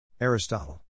Aristotle